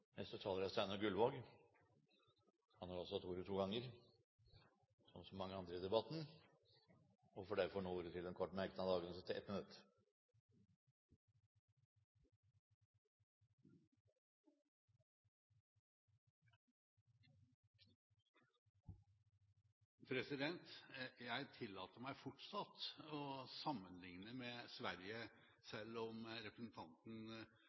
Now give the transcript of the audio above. som så mange andre i debatten, og får derfor nå ordet til en kort merknad, avgrenset til 1 minutt. Jeg tillater meg fortsatt å sammenligne med Sverige, selv om representanten